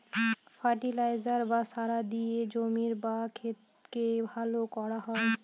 fertiliser বা সার দিয়ে জমির বা ক্ষেতকে ভালো করা হয়